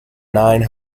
nine